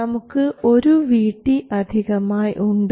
നമുക്ക് ഒരു VT അധികമായി ഉണ്ട്